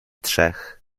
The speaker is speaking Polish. trzech